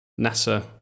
NASA